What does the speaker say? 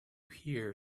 hear